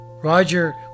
Roger